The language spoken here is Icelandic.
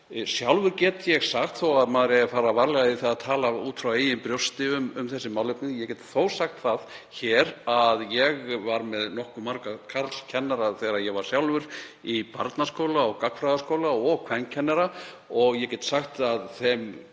sé of kvenlægur. Þó að maður eigi að fara varlega í það að tala út frá eigin brjósti um þessi málefni get ég þó sagt það hér að ég var með nokkuð marga karlkennara þegar ég var sjálfur í barnaskóla og gagnfræðaskóla og kvenkennara og ég get sagt að þeim